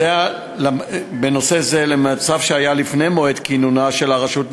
של המצב שהיה לפני מועד כינונה של הרשות,